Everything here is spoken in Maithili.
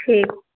ठीक